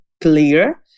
clear